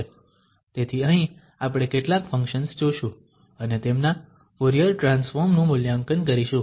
તેથી અહીં આપણે કેટલાક ફંક્શન્સ જોશું અને તેમના ફુરીયર ટ્રાન્સફોર્મ નું મૂલ્યાંકન કરીશું